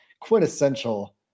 quintessential